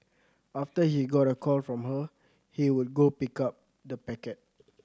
after he got a call from her he would go pick up the packet